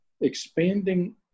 expanding